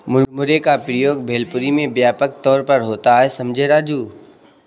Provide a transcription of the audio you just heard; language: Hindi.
मुरमुरे का प्रयोग भेलपुरी में व्यापक तौर पर होता है समझे राजू